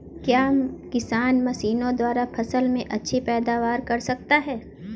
क्या किसान मशीनों द्वारा फसल में अच्छी पैदावार कर सकता है?